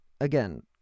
again